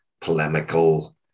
polemical